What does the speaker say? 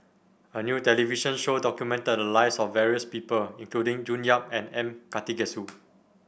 a new television show documented the lives of various people including June Yap and M Karthigesu